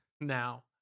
now